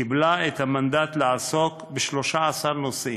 קיבלה את המנדט לעסוק ב-13 נושאים,